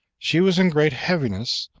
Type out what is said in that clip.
she was in great heaviness,